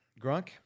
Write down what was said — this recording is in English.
Grunk